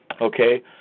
okay